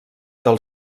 del